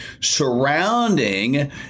surrounding